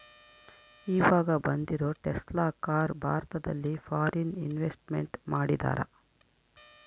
ಈವಾಗ ಬಂದಿರೋ Tesla car ಭಾರತದಲ್ಲಿ ಫಾರಿನ್ ಇನ್ವೆಸ್ಟ್ಮೆಂಟ್ ಮಾಡಿದರಾ